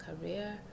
career